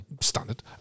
Standard